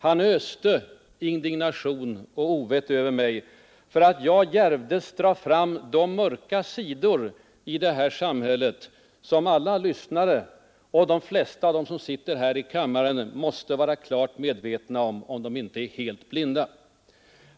Han öste ut indignation och ovett för att jag djärvdes dra fram de mörka sidor i detta samhälle som alla lyssnare och de flesta av dem som sitter här i kammaren måste vara klart medvetna om, om de inte är helt blinda.